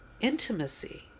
intimacy